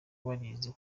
warize